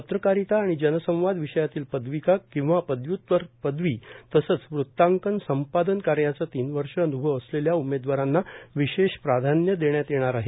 पत्रकारिता व जनसंवाद विषयातील पदविका किंवा पदव्युत्तर पदवी तसेच वृत्तांकन संपादन कार्याचा तीन वर्ष अनुभव असलेल्या उमेदवारांना विशेष प्राधान्य देण्यात येणार आहे